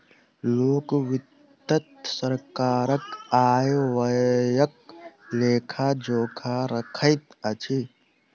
लोक वित्त सरकारक आय व्ययक लेखा जोखा रखैत अछि